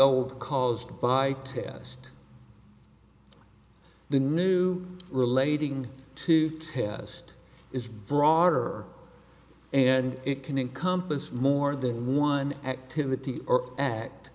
old caused by test the new relating to test is broader and it can encompass more than one activity or act